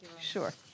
sure